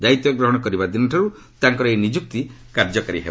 ଦାୟିତ୍ୱ ଗ୍ରହଣ କରିବା ଦିନଠାରୁ ତାଙ୍କର ଏହି ନିଯୁକ୍ତି କାର୍ଯ୍ୟକାରୀ ହେବ